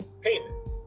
payment